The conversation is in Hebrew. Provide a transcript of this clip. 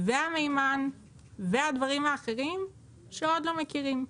המימן והדברים האחרים שעוד לא מכירים.